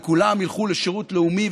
וכולם ילכו לשירות לאומי,